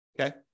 Okay